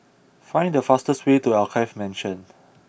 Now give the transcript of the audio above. find the fastest way to Alkaff Mansion